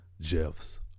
Jeff's